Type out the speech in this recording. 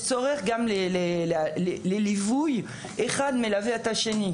אחד מלווה את השני.